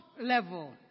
level